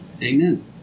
Amen